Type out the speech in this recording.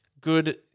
Good